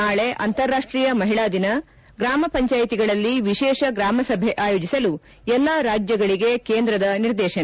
ನಾಳೆ ಅಂತಾರಾಷ್ಟೀಯ ಮಹಿಳಾ ದಿನ ಗ್ರಾಮ ಪಂಚಾಯಿತಿಗಳಲ್ಲಿ ವಿಶೇಷ ಗ್ರಾಮ ಸಭೆ ಆಯೋಜಿಸಲು ಎಲ್ಲಾ ರಾಜ್ಯಗಳಿಗೆ ಕೇಂದ್ರದ ನಿರ್ದೇಶನ